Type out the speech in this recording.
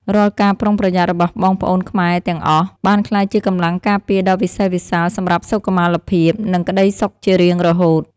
រាល់ការប្រុងប្រយ័ត្នរបស់បងប្អូនខ្មែរទាំងអស់ បានក្លាយជាកម្លាំងការពារដ៏វិសេសវិសាលសម្រាប់សុខុមាលភាព និងក្តីសុខជារៀងរហូត។